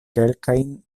kelkajn